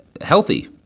healthy